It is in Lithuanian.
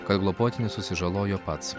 kad globotinis susižalojo pats